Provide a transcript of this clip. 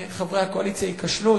חברי הקואליציה ייכשלו.